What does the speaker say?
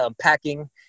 packing